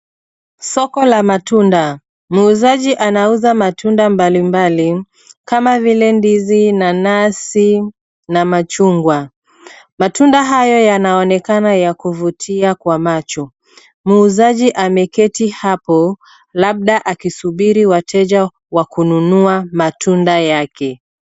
Soko la matunda. Muuzaji anauza matunda mbalimbali kama vile ndizi, nanasi, na machungwa. Matunda hayo yanaonekana ya kuvutia kwa macho. Muuzaji ameketi hapo, labda akisubiri wateja wa kununua matunda yake.